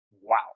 wow